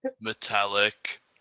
metallic